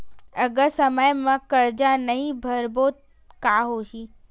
अगर समय मा कर्जा नहीं भरबों का होई?